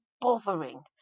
bothering